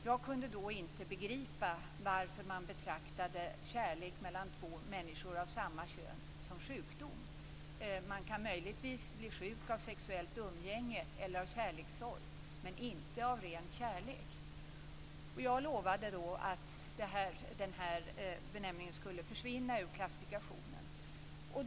Jag kunde då inte begripa varför kärlek mellan två människor av samma kön betraktades som sjukdom. Man kan möjligtvis bli sjuk av sexuellt umgänge eller av kärlekssorg, men inte av ren kärlek. Jag lovade då att denna benämning skulle försvinna ur klassifikationen.